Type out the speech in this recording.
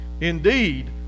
Indeed